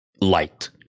light